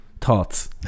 Thoughts